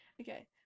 Okay